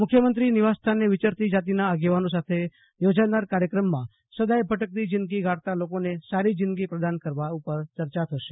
મુખ્યમંત્રી નિવાસે વિચરતી જાતીના આગેવાનો સાથે યોજાનાર કાર્યક્રમમાં સદાય ભટકતી જિંદગી ગાળતા લોકોને સારી જિંદગી પ્રદાન કરવા ઉપર ચર્ચા થશે